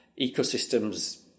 ecosystems